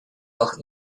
auch